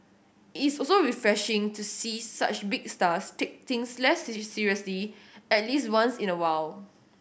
it is also refreshing to see such big stars take things less seriously at least once in a while